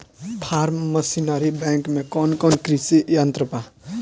Form machinery bank में कौन कौन कृषि यंत्र बा?